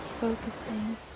focusing